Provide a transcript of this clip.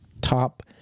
top